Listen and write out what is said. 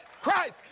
Christ